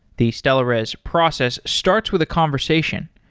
the stellares process starts with a conversation.